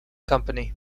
company